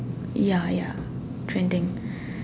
ya ya trending